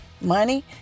money